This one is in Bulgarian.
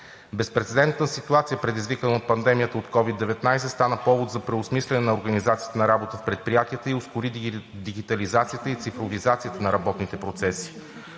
Безпрецедентната ситуация, предизвикана от пандемията от COVID-19, стана повод за преосмисляне на организацията на работата в предприятията и ускори дигитализацията и цифровизацията на работните процеси.